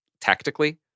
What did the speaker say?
tactically